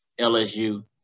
LSU